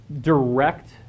direct